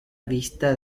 vista